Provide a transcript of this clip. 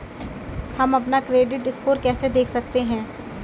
हम अपना credit score कैसे देख सकते हैं?